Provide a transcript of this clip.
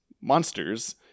monsters